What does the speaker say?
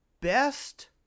best